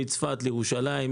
מצפת לירושלים,